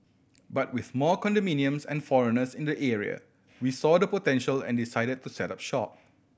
but with more condominiums and foreigners in the area we saw the potential and decided to set up shop